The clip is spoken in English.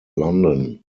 london